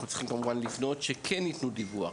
כי אנחנו צריכים לבנות על זה שכן יתנו דיווח,